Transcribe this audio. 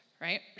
right